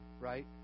right